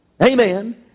Amen